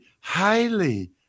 highly